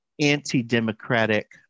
anti-democratic